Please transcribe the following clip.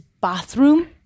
bathroom